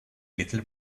little